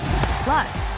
Plus